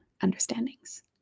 understandings